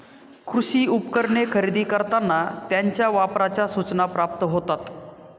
कृषी उपकरणे खरेदी करताना त्यांच्या वापराच्या सूचना प्राप्त होतात